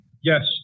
Yes